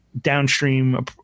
downstream